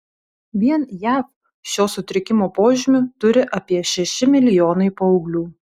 vien jav šio sutrikimo požymių turi apie šeši milijonai paauglių